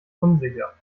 unsicher